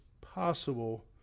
possible